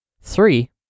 three